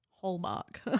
Hallmark